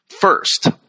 First